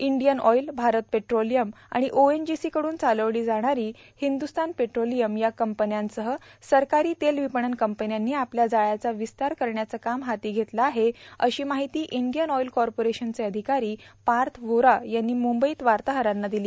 Indian oil Bharat petroleum आर्माण ओएनजीसीकडून चालवली जाणारी हिंदुस्तान पेर्ट्रोलियम या कंपन्यांसह सरकारी तेल विपणन कंपन्यांनी आपल्या जाळ्याचा विस्तार करण्याचं काम हाती घेतलं आहे अशी मार्माहती ईर्डडयन ऑईल कॉपरिशनचे अर्धिकारो पाथ व्होरा यांनी मुंबईत वाताहरांना दिली